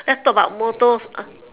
let's talk about motors